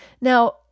Now